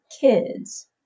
kids